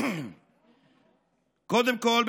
קודם כול,